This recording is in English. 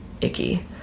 icky